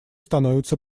становятся